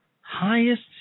highest